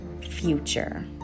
future